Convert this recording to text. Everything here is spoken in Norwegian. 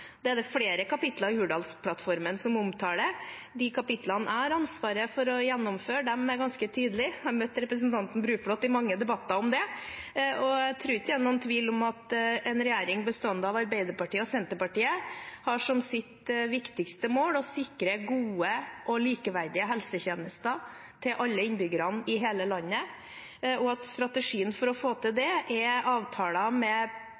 Det er det flere kapitler i Hurdalsplattformen som omtaler. De kapitlene jeg har ansvaret for å gjennomføre, er ganske tydelige. Jeg har møtt representanten Bruflot i mange debatter om det. Jeg tror ikke det er noen tvil om at en regjering bestående av Arbeiderpartiet og Senterpartiet har som sitt viktigste mål å sikre gode og likeverdige helsetjenester til alle innbyggerne i hele landet, og at strategien for å få til det er avtaler med